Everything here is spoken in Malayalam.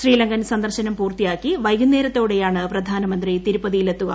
ശ്രീലങ്കൻ സന്ദർശനം പൂർത്തിയാക്കി വൈകുന്നേരത്തോടെയാണ് പ്രധാനമന്ത്രി തിരുപ്പതിയിലെത്തുക